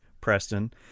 Preston